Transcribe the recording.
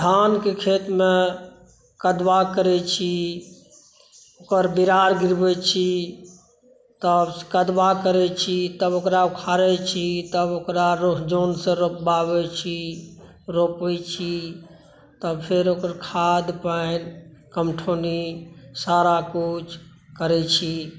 धानके खेतमे कदवा करै छी ओहिपर विरार गिरबै छी तब कदवा करै छी तब ओकरा उखाड़े छी तब ओकरा जौनसॅं रोपबाबै छी रोपै छी तब फेर ओकर खाद पानि कंठौनी सारा कुछ करै छी